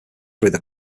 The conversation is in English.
through